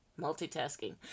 multitasking